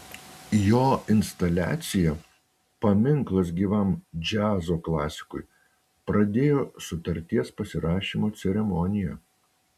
jo instaliacija paminklas gyvam džiazo klasikui pradėjo sutarties pasirašymo ceremoniją